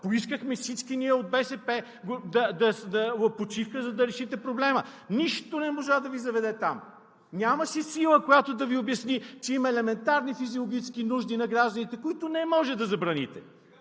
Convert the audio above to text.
Поискахме всички ние от БСП почивка, за да решите проблема. Нищо не можа да Ви заведе там! Нямаше сила, която да Ви обясни, че има елементарни физиологически нужди на гражданите, които не може да забраните.